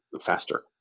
faster